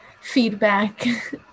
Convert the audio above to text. feedback